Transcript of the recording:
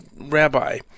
rabbi